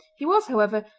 he was, however,